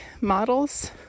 models